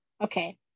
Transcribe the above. Okay